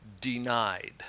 denied